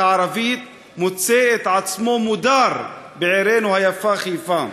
הערבית מוצא את עצמו מודר בעירנו היפה חיפה,